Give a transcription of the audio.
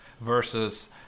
versus